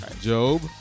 Job